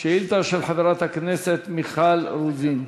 שאילתה של חברת הכנסת מיכל רוזין.